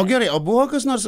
o gerai o buvo kas nors